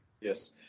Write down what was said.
Yes